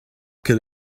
could